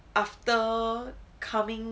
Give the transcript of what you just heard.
after coming